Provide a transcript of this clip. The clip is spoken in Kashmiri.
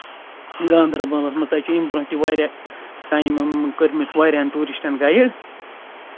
گانٛدربَلَس منٛز تَتہِ چھِ امہِ برٛونٛہہ تہِ واریاہ ٹایم یِم کٔرۍمۭتۍ واریاہَن ٹوٗرِسٹَن گایِڈ